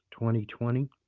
2020